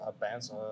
bands